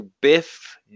Biff